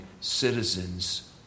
citizens